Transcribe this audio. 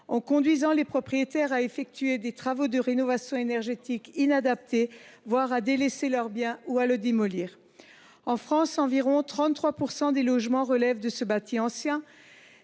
en conduisant les propriétaires à effectuer des travaux de rénovation énergétique inadaptés, voire à délaisser ou à démolir leur bien. En France, environ 33 % des logements relèvent de ce bâti ancien,